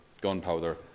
gunpowder